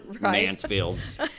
Mansfields